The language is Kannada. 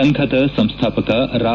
ಸಂಘದ ಸಂಸ್ಥಾಪಕ ರಾ